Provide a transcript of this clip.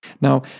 Now